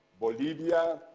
bolivia,